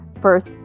first